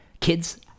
kids